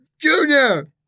Junior